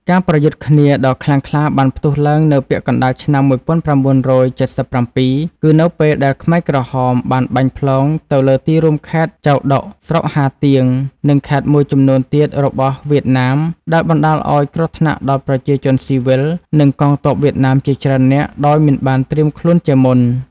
ការប្រយុទ្ធគ្នាដ៏ខ្លាំងក្លាបានផ្ទុះឡើងនៅ ពាក់កណ្តាលឆ្នាំ១៩៧៧ គឺនៅពេលដែលខ្មែរក្រហម បានបាញ់ផ្លោងទៅលើទីរួមខេត្តចូវដុក ស្រុកហាទៀង និងខេត្តមួយចំនួនទៀតរបស់វៀតណាមដែលបណ្តាល ឱ្យគ្រោះថ្នាក់ដល់ប្រជាជនស៊ីវិល និងកងទ័ពវៀតណាមជាច្រើននាក់ដោយមិនបានត្រៀមខ្លួនជាមុន។